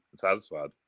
satisfied